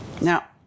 Now